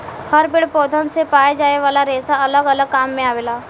हर पेड़ पौधन से पाए जाये वाला रेसा अलग अलग काम मे आवेला